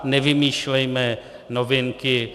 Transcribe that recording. Nevymýšlejme novinky.